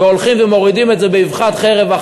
הולכים ומורידים את זה באבחת חרב?